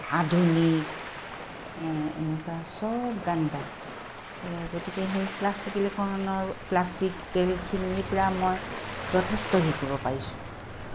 আধুনিক এই এনেকুৱা চব গান গায় এই গতিকে সেই ক্লাছিকেল কৰণৰ ক্লাছিক স্কেলখিনিৰপৰা মই যথেষ্ট শিকিব পাৰিছোঁ